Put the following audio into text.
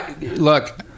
look